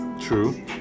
True